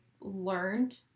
learned